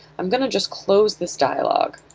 i'm going to just close this dialog.